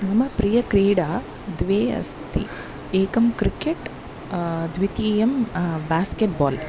मम प्रियक्रीडे द्वे अस्ति एकं क्रिकेट् द्वितीयं ब्यास्केट् बोल्